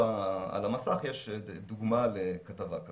ויים של אלגוריתמיקה לזיהוי פנים